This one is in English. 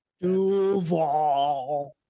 Duval